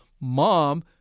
Mom